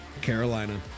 Carolina